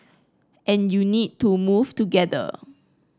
and you need to move together